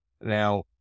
now